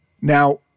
Now